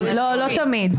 לא תמיד.